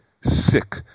sick